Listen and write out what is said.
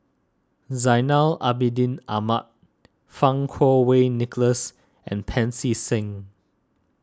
Zainal Abidin Ahmad Fang Kuo Wei Nicholas and Pancy Seng